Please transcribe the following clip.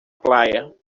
praia